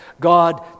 God